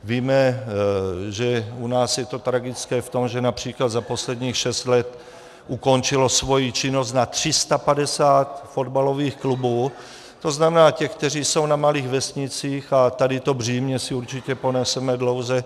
Víme, že u nás je to tragické v tom, že například za posledních šest let ukončilo svoji činnost na 350 fotbalových klubů, tzn. těch, které jsou na malých vesnicích, a tohle břímě si určitě poneseme dlouho.